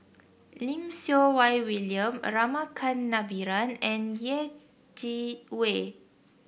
Lim Siew Wai William Rama Kannabiran and Yeh Chi Wei